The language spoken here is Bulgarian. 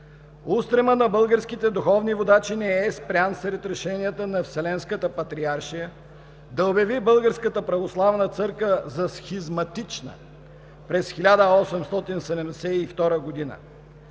Устремът на българските духовни водачи не е спрян и след решението на Вселенската патриаршия да обяви Българската православна църква за схизматична през 1872 г.